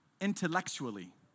intellectually